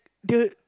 the